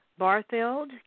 Bartheld